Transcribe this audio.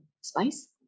spice